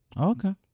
Okay